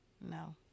No